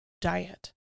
diet